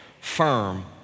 firm